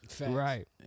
Right